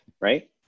right